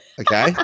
Okay